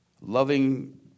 loving